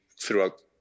throughout